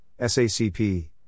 SACP